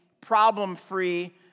problem-free